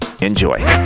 Enjoy